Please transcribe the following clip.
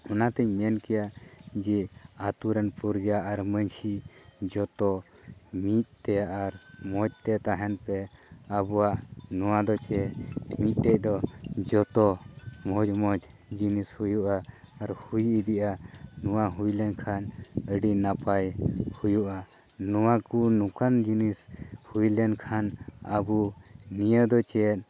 ᱚᱱᱟᱛᱮᱧ ᱢᱮᱱ ᱠᱮᱭᱟ ᱡᱮ ᱟᱹᱛᱩᱨᱮᱱ ᱯᱚᱨᱡᱟ ᱟᱨ ᱢᱟᱺᱡᱷᱤ ᱡᱚᱛᱚ ᱢᱤᱫᱛᱮ ᱟᱨ ᱢᱚᱡᱽᱛᱮ ᱛᱮᱦᱮᱱ ᱯᱮ ᱟᱨ ᱟᱵᱚᱣᱟᱜ ᱱᱚᱣᱟ ᱫᱚ ᱪᱮᱫ ᱢᱤᱫᱴᱮᱱ ᱫᱚ ᱡᱚᱛᱚ ᱢᱚᱡᱽ ᱢᱚᱡᱽ ᱡᱤᱱᱤᱥ ᱦᱩᱭᱩᱜᱼᱟ ᱟᱨ ᱦᱩᱭ ᱤᱫᱤᱜᱼᱟ ᱱᱚᱣᱟ ᱦᱩᱭ ᱞᱮᱱᱠᱷᱟᱱ ᱟᱹᱰᱤ ᱱᱟᱯᱟᱭ ᱦᱩᱭᱩᱜᱼᱟ ᱱᱚᱣᱟ ᱠᱚ ᱱᱚᱝᱠᱟᱱ ᱡᱤᱱᱤᱥ ᱦᱩᱭ ᱞᱮᱱᱠᱷᱟᱱ ᱟᱵᱚ ᱱᱤᱭᱟᱹ ᱫᱚ ᱪᱮᱫ